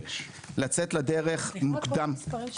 זה נבנה על קרקעות של הסוכנות היהודית,